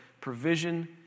provision